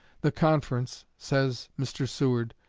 the conference, says mr. seward,